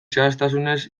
zehaztasunez